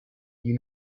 you